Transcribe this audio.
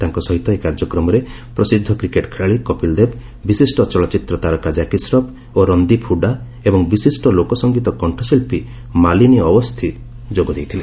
ତାଙ୍କ ସହିତ ଏହି କାର୍ଯ୍ୟକ୍ରମରେ ପ୍ରସିଦ୍ଧ କ୍ରିକେଟ୍ ଖେଳାଳି କପିଲ୍ଦେବ ବିଶିଷ୍ଟ ଚଳଚ୍ଚିତ୍ର ତାରକା ଜ୍ୟାକି ଶ୍ରଫ୍ ଓ ରନ୍ଦୀପ୍ ହୁଡ଼ା ଏବଂ ବିଶିଷ୍ଟ ଲୋକସଙ୍ଗୀତ କଣ୍ଠଶିଳ୍ପୀ ମାଲିନୀ ଅଓ୍ୱସ୍ତି ଯୋଗ ଦେଇଥିଲେ